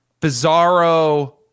bizarro